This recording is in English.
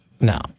No